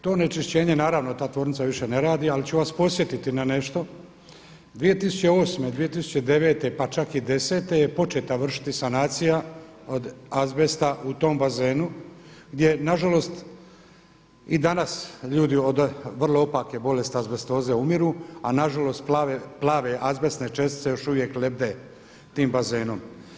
To onečišćenje naravno ta tvornica više ne radi, ali ću vas podsjetiti na nešto, 2008., 2009. pa čak i 2010. je početa vršiti sanacija od azbesta u tom bazenu gdje nažalost i danas ljudi od vrlo opake bolesti azbestoze umiru, a nažalost plave azbestne čestice još uvijek lebde tim bazenom.